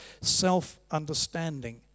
self-understanding